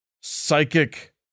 psychic